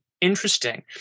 interesting